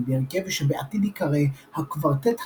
בהרכב שבעתיד יקרא "הקוורטט הקלאסי"